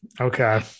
Okay